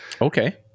Okay